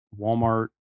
Walmart